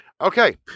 Okay